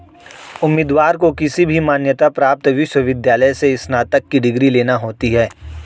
उम्मीदवार को किसी भी मान्यता प्राप्त विश्वविद्यालय से स्नातक की डिग्री लेना होती है